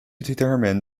determine